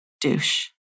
douche